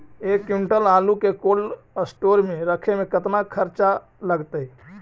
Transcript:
एक क्विंटल आलू के कोल्ड अस्टोर मे रखे मे केतना खरचा लगतइ?